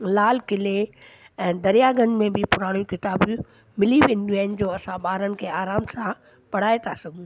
लाल किले दरियागंज में बि पुराणी किताबियूं मिली वेंदियूं आहिनि जो असां ॿारनि खे आराम सां पढ़ाए था सघूं